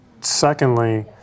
Secondly